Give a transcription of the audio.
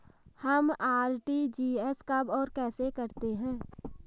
हम आर.टी.जी.एस कब और कैसे करते हैं?